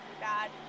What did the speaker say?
bad